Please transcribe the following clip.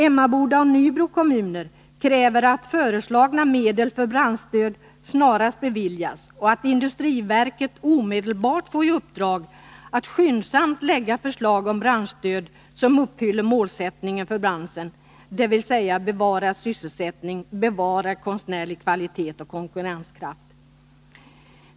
Emmaboda och Nybro kommuner kräver att föreslagna medel för branschstöd snarast beviljas och att industriverket omedelbart får i uppdrag att skyndsamt lägga fram förslag om branschstöd som uppfyller målsättningen för branschen — dvs. bevarad sysselsättning, bevarad konstnärlig kvalitet och konkurrenskraft.